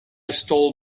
stole